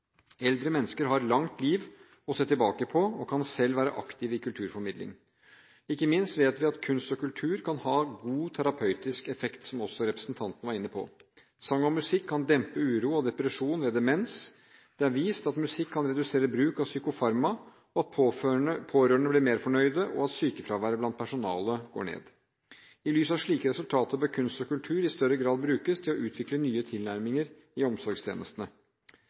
Eldre mennesker har et langt liv å se tilbake på og kan selv være aktive i kulturformidling. Ikke minst vet vi at kunst og kultur kan ha god terapeutisk effekt – som også representanten var inne på. Sang og musikk kan dempe uro og depresjon ved demens. Det er vist at musikk kan redusere bruk av psykofarmaka, at pårørende blir mer fornøyd, og at sykefraværet blant personalet går ned. I lys av slike resultater bør kunst og kultur i større grad brukes til å utvikle nye tilnærminger i omsorgstjenestene.